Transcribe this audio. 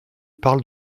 parle